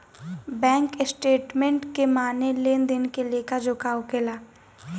bank statement के माने लेन देन के लेखा जोखा होखेला